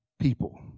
people